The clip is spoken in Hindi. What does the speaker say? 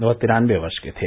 वह तिरान्नबे वर्ष के थे